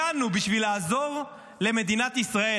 הגענו בשביל לעזור למדינת ישראל.